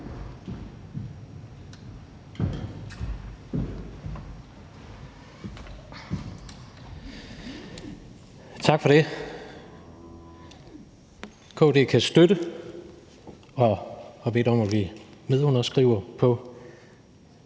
Tak for det. KD kan støtte og har bedt om at blive medunderskriver på